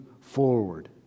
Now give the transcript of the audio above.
forward